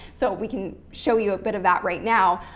so we can show you a bit of that right now,